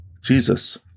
Jesus